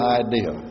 idea